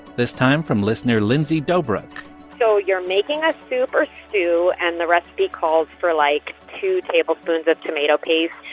this time from listener lindsey dobruck so you're making a soup or stew and the recipe calls for, like, two tablespoons of tomato paste.